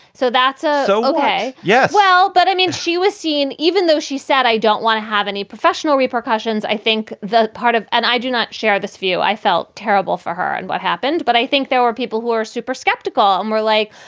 so that's ah so ok. yes. well, but i mean, she was seen even though she said i don't want to have any professional repercussions, i think the part of an i do not share this view. i felt terrible for her and what happened. but i think there were people who are super skeptical and were like,